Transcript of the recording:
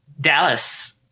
dallas